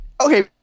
Okay